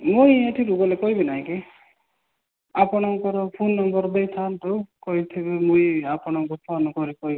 ମୁଇଁ ଏଇଠିରୁ ଗଲେ କହିବି ନାଇଁକି ଆପଣଙ୍କର ଫୋନ୍ ନମ୍ବର୍ ଦେଇଥାନ୍ତୁ କହିଥିବି ମୁଇଁ ଆପଣଙ୍କୁ ଫୋନ୍ କରି କହିବି